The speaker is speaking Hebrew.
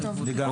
לגמרי.